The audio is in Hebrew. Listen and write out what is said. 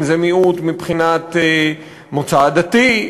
אם זה מיעוט מבחינת מוצא עדתי,